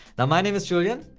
now my name is julian.